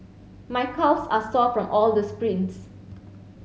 my calves are sore from all the sprints